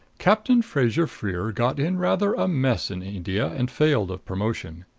captain fraser-freer got in rather a mess in india and failed of promotion.